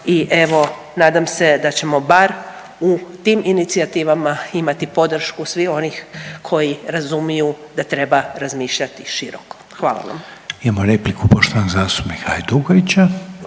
i evo nadam se da ćemo bar u tim inicijativama imati podršku svih onih koji razumiju da treba razmišljati široko. Hvala vam. **Reiner, Željko